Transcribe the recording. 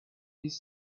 his